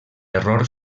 error